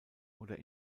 oder